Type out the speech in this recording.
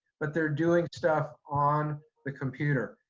but they're doing stuff on the computer,